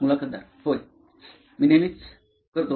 मुलाखतदार होय मी नेहमीच करतो